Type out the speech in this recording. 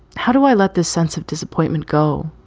how do i let this sense of disappointment go?